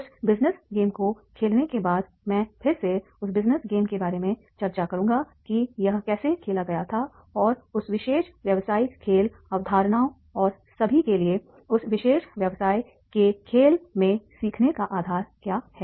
उस business game को खेलने के बाद मैं फिर से उस बिज़नेस गेम के बारे में चर्चा करूँगा कि यह कैसे खेला गया था और उस विशेष व्यावसायिक खेल अवधारणाओं और सभी के लिए उस विशेष व्यवसाय के खेल में सीखने का आधार क्या हैं